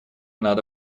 надо